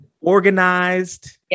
organized